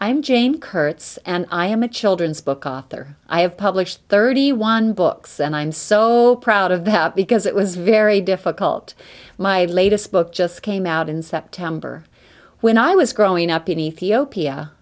i'm jane kurtz and i am a children's book author i have published thirty one books and i'm so proud of the house because it was very difficult my latest book just came out in september when i was growing up in ethiopia